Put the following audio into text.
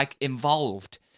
involved